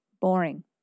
Boring